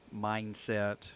mindset